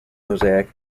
mosaic